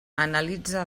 analitza